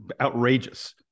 outrageous